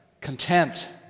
Content